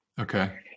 Okay